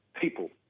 people